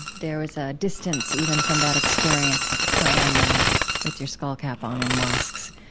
there was a distance, even, from that experience of praying and with your skullcap on in mosques.